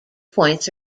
points